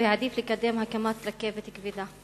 והעדיף לקדם הקמת רכבת כבדה,